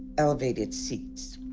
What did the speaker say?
elevated seats.